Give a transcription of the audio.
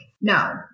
no